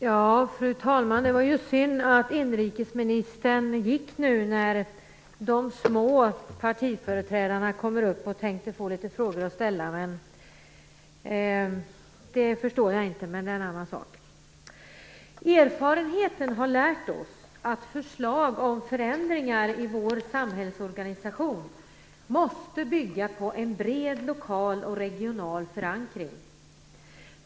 Fru talman! Det är synd att inrikesministern nu gick när företrädarna för de små partierna går upp i debatten och tänker ställa litet frågor. Det förstår jag inte, men det är en annan sak. Erfarenheten har lärt oss att förslag om förändringar i vår samhällsorganisation måste bygga på en bred lokal och regional förankring.